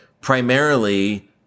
primarily